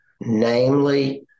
namely